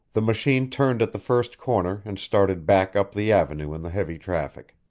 the machine turned at the first corner and started back up the avenue in the heavy traffic.